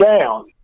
down